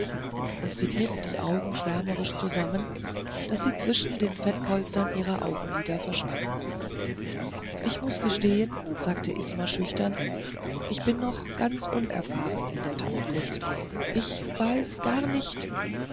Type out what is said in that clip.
und sie kniff die augen schwärmerisch zusammen daß sie zwischen den fettpolstern ihrer augenlider verschwanden ich muß gestehen sagte isma schüchtern ich bin noch ganz unerfahren in der tastkunst ich weiß gar nicht